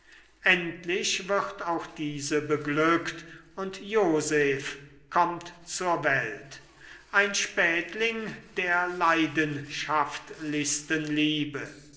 endlich wird auch diese beglückt und joseph kommt zur welt ein spätling der leidenschaftlichsten liebe